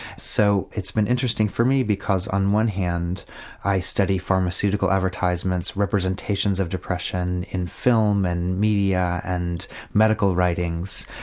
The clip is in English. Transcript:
so it's been interesting for me because on one hand i study pharmaceutical advertisements, representations of depression in film and media and medical writings.